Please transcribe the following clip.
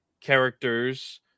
Characters